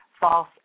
false